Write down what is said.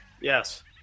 Yes